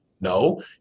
No